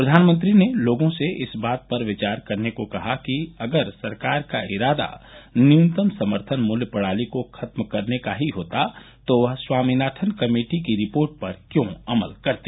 प्रधानमंत्री ने लोगों से इस बात पर विचार करने को कहा कि अगर सरकार का इरादा न्यूनतम समर्थन मूल्य प्रणाली को खत्म करने का ही होता तो वह स्वामीनाथन कमेटी की रिपोर्ट पर क्यों अमल करती